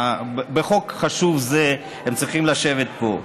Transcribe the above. בחוק חשוב זה הם צריכים לשבת פה.